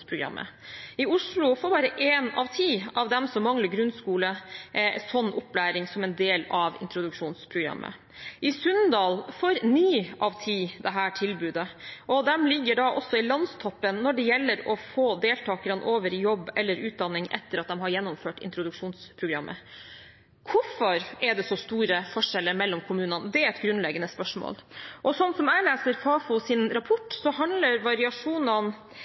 I Oslo får bare én av ti av dem som mangler grunnskole, en sånn opplæring som en del av introduksjonsprogrammet. I Sunndal får ni av ti dette tilbudet, og de ligger da også i landstoppen når det gjelder å få deltakerne over i jobb eller utdanning etter at de har gjennomført introduksjonsprogrammet. Hvorfor er det så store forskjeller mellom kommunene? – det er et grunnleggende spørsmål. Slik jeg leser Fafos rapport, handler variasjonene